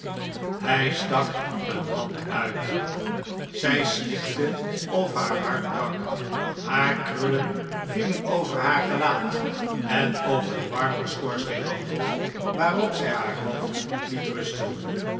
zij stak een hand uit zij snikte of haar hart brak haar krullen vielen over haar gelaat en over den marmeren schoorsteenmantel waarop zij haar hoofd liet rusten